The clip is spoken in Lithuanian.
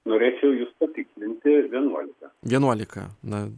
norėčiau jus patikslinti vienuolika vienuolika na